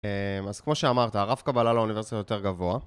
אז כמו שאמרת, הרף קבלה לאוניברסיטה יותר גבוה